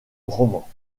romans